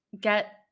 get